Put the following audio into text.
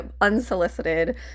unsolicited